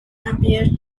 appear